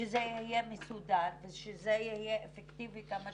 שזה יהיה מסודר ושזה יהיה אפקטיבי כמה